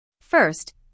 First